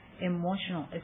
emotional